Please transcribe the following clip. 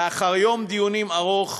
לאחר יום דיונים ארוך,